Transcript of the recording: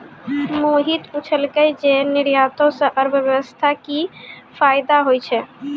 मोहित पुछलकै जे निर्यातो से अर्थव्यवस्था मे कि फायदा होय छै